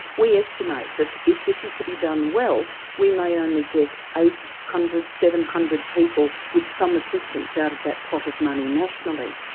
we estimate that if this is to be done well we may only get eight hundred, seven hundred people with some assistance out of that pot of money nationally.